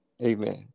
Amen